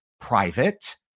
private